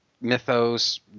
mythos